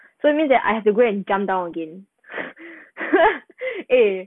so it means that I have to go and jump down again eh